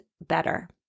better